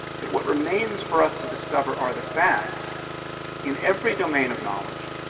okay, what remains for us to discover are the facts in every domain of knowledge?